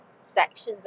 sections